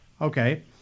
Okay